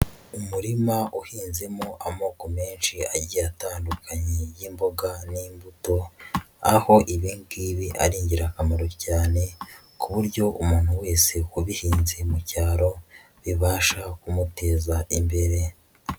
Umurima uhinzemo amoko menshi agiye atandukanye y'imboga n'imbuto, aho ibi ngibi ari ingirakamaro cyane ku buryo umuntu wese ubihinze mu cyaro bibasha kumuteza imbere.